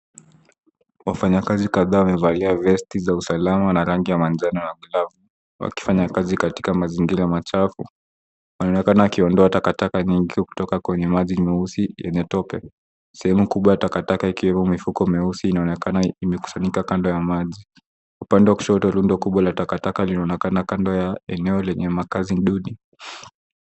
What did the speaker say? Wafanyakazi kadhaa wamevalia vesti za usalama na rangi ya manjano na glovu wakifanya kazi katika mazingira machafu. Wanaonekana wakiondoa takataka nyingi kutoka kwenye maji nyeusi yenye tope. Sehemu kubwa ya takata ikiwemo mifuko meusi inaonekana imekusanyika kando ya maji. Upande wa kushoto rundo ya takataka linaonekana kando ya eneo lenye makazi duni.